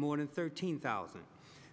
more than thirteen thousand